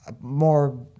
more